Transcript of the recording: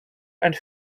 and